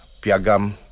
Piagam